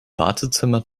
wartezimmer